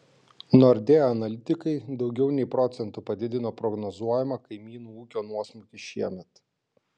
nordea analitikai daugiau nei procentu padidino prognozuojamą kaimynų ūkio nuosmukį šiemet